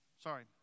Sorry